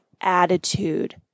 attitude